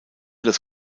das